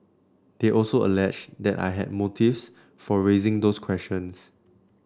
they also alleged that I had motives for raising those questions